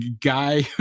guy